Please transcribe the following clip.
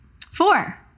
Four